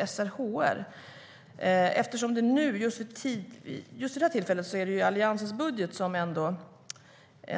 Just nu är det Alliansens budget som gäller, och